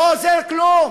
לא עוזר כלום,